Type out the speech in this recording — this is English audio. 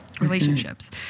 relationships